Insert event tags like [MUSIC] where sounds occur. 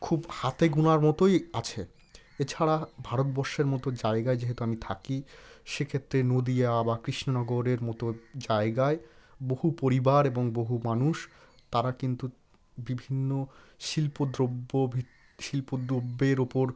খুব হাতে গোনার মতোই আছে এছাড়া ভারতবর্ষের মতো জায়গায় যেহেতু আমি থাকি সেক্ষেত্রে নদিয়া বা কৃষ্ণনগরের মতো জায়গায় বহু পরিবার এবং বহু মানুষ তারা কিন্তু বিভিন্ন শিল্প দ্রব্য [UNINTELLIGIBLE] শিল্প দ্রব্যের ওপর